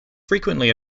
frequently